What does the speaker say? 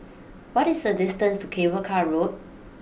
what is the distance to Cable Car Road